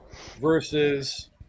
versus